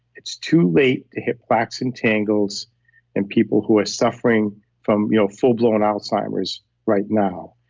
it's too late to hit plaques and tangles in people who are suffering from you know full blown alzheimer's right now.